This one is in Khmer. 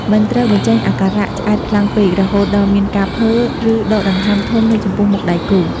មិនត្រូវបញ្ចេញអាការៈឆ្អែតខ្លាំងពេក រហូតដល់មានការភើ ឬដកដង្ហើមធំនៅចំពោះមុខដៃគូ។